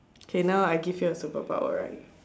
K now I give you a superpower right